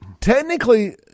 technically